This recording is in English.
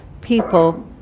people